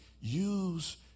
use